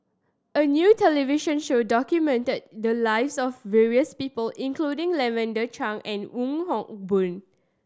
a new television show documented the lives of various people including Lavender Chang and Wong Hock Boon